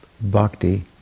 bhakti